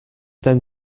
then